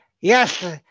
Yes